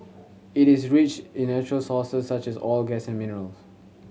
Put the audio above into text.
it is rich in natural resources such as oil gas and minerals